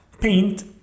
paint